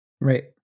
right